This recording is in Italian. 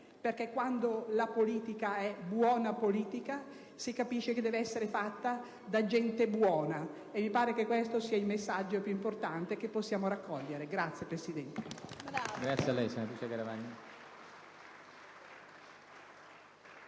perché quando la politica è buona politica vuol dire che deve essere fatta da gente buona, e mi sembra che questo sia il messaggio più importante che possiamo raccogliere. Signor Presidente,